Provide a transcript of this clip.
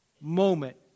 moment